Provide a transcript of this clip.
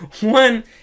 One